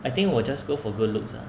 I think 我 just go for good looks lah